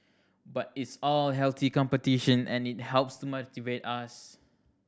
but it's all healthy competition and it helps to motivate us